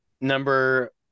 Number